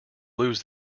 lose